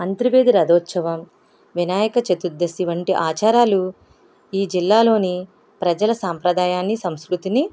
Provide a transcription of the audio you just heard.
అంతర్వేది రథోత్సవం వినాయక చతుర్దశి వంటి ఆచారాలు ఈ జిల్లాలోని ప్రజల సాంప్రదాయాన్ని సంస్కృతిని